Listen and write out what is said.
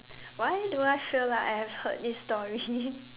why do I feel like I have heard this story